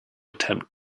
attempt